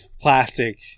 plastic